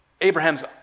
Abraham's